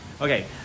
Okay